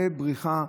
זה בריחה,